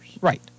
Right